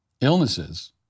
illnesses